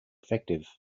effective